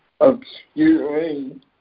obscuring